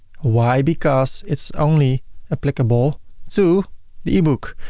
why? because it's only applicable to the e-book.